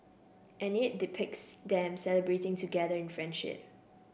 and it depicts them celebrating together in friendship